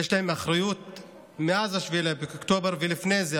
יש להם אחריות מאז 7 באוקטובר ואפילו לפני זה,